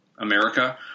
America